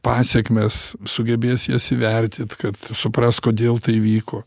pasekmes sugebės jas įvertint kad supras kodėl tai įvyko